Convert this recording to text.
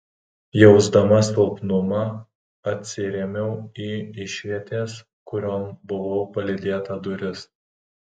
jausdama silpnumą atsirėmiau į išvietės kurion buvau palydėta duris